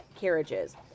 carriages